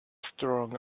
strong